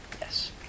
Yes